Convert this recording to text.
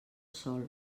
sòl